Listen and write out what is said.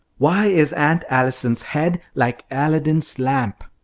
why is aunt allison's head like aladdin's lamp?